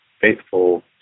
faithful